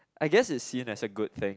I guess it's seen as a good thing